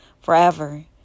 forever